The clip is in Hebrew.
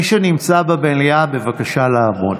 מי שנמצא במליאה, בבקשה לעמוד.